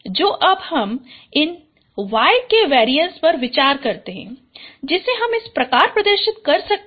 तो अब हम इन y के वेरिएन्स पर विचार करते हैं जिसे हम इस प्रकार प्रदर्शित कर सकते हैं